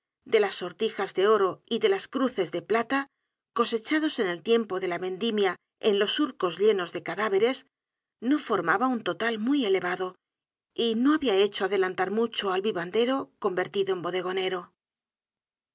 de las sortijas de oro y de las cruces de plata cosechados en el tiempo de la vendimia en los surcos llenos de cadáveres no formaba un total muy elevado y no habia hecho adelantar mucho al vivandero convertido en bodegonero